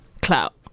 clout